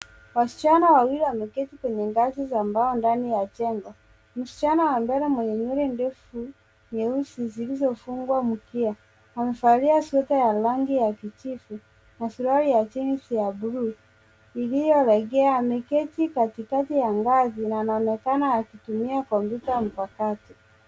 Wasichana wawili wameketi kwenye ngazi za mbao ndani ya jengo. Msichana wa mbele mwenye nywele ndefu nyeusi zilizofungwa mkia. Amevalia sweta ya rangi ya kijivu na suruali ya jinsi ya blue lililyolegea. Ameketi kati ya ngazi na anaonekana akitumia kompyuta mpakato.